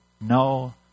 no